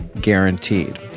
guaranteed